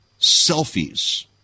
selfies